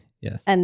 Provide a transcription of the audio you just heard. Yes